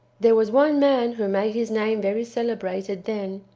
there was one man who made his name very celebrated then,